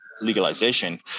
Legalization